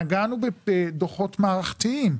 נגענו בדוחות מערכתיים,